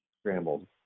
scrambled